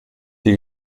die